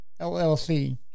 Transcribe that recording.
LLC